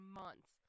months